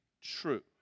true